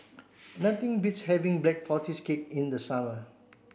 nothing beats having black tortoise cake in the summer